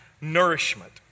nourishment